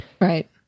Right